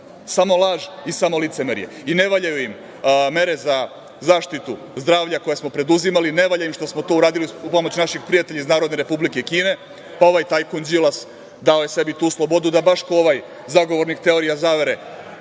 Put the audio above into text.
Samo laž i samo licemerje. Ne valjaju im mere za zaštitu zdravlja koje smo preduzimali, ne valja im što smo to uradili uz pomoć naših prijatelja iz Narodne Republike Kine, pa ovaj tajkun Đilas dao je sebi tu slobodu da baš kao ovaj zagovornik teorija zavere